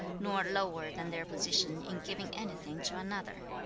nor lower than their position in giving anything to another.